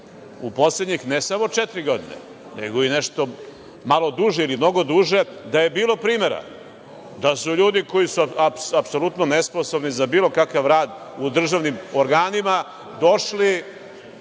u poslednjih ne samo četiri godine, nego i nešto malo duže, ili mnogo duže, da je bilo primera da su ljudi, koji su apsolutno nesposobni za bilo kakav rad u državnim organima, došli